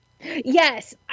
Yes